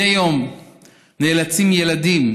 מדי יום נאלצים ילדים,